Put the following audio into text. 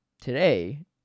today